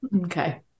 Okay